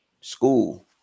school